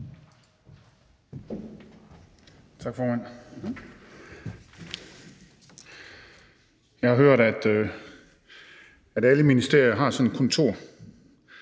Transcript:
Tak, formand. Jeg har hørt, at alle ministerier har sådan et kontor,